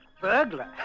Burglar